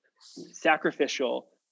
sacrificial